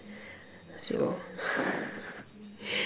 so